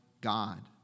God